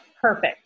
perfect